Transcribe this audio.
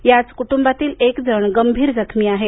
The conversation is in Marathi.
याच कुटुंबातील एक जण गंभीर जखमी आहे